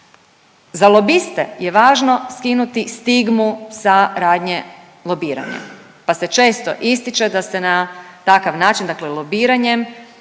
Za lobiste je važno skinuti stigmu sa radnje lobiranja, pa se često ističe da se na takav način dakle lobiranjem